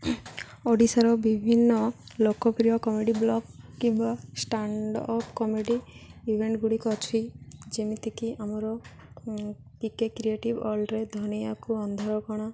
ଓଡ଼ିଶାର ବିଭିନ୍ନ ଲୋକପ୍ରିୟ କମେଡ଼ି ବ୍ଲକ୍ କିମ୍ବା ଷ୍ଟାଣ୍ଡ୍ ଅପ୍ କମେଡ଼ି ଇଭେଣ୍ଟ୍ ଗୁଡ଼ିକ ଅଛି ଯେମିତିକି ଆମର ପି କେ କ୍ରିଏଟିଭ୍ ୱାର୍ଲ୍ଡରେ ଧଣିଆକୁ ଅନ୍ଧାର କଣା